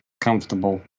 comfortable